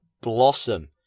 Blossom